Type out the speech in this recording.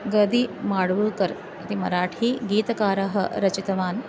गदि माडुवकर् इति मराठी गीतकारः रचितवान्